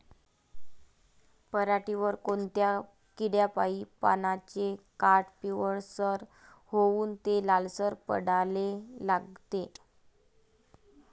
पऱ्हाटीवर कोनत्या किड्यापाई पानाचे काठं पिवळसर होऊन ते लालसर पडाले लागते?